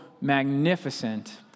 magnificent